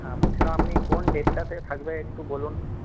হ্যাঁ বলছিলাম আপনি কোন ডেটটাতে থাকবে একটু বলুন